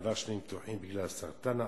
עבר שני ניתוחים בגלל סרטן העור,